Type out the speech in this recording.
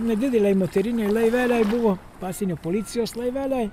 nedideliai moteriniai laiveliai buvo pasienio policijos laiveliai